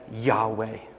Yahweh